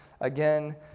again